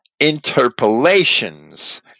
Interpolations